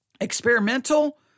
experimental